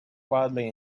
wildly